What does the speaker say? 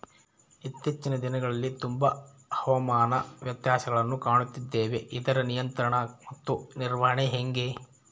ಇತ್ತೇಚಿನ ದಿನಗಳಲ್ಲಿ ತುಂಬಾ ಹವಾಮಾನ ವ್ಯತ್ಯಾಸಗಳನ್ನು ಕಾಣುತ್ತಿದ್ದೇವೆ ಇದರ ನಿಯಂತ್ರಣ ಮತ್ತು ನಿರ್ವಹಣೆ ಹೆಂಗೆ?